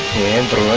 and